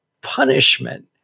punishment